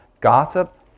gossip